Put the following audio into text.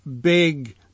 big